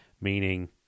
Meaning